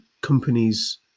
companies